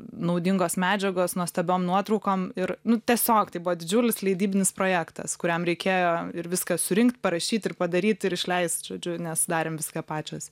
naudingos medžiagos nuostabiom nuotraukom ir nu tiesiog tai buvo didžiulis leidybinis projektas kuriam reikėjo ir viską surinkt parašyt ir padaryt ir išleist žodžiu nes darėm viską pačios